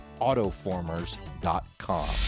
AutoFormers.com